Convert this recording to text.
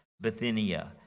Bithynia